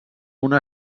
una